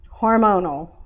hormonal